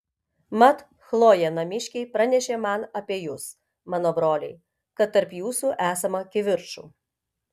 mat chlojė namiškiai pranešė man apie jus mano broliai kad tarp jūsų esama kivirčų